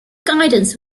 guidance